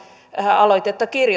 aloitetta kirjoittaessaan